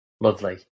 Lovely